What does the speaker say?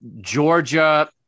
Georgia